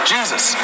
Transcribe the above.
Jesus